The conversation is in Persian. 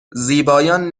زیبایان